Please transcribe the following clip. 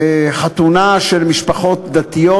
בחתונה של משפחות דתיות,